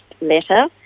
letter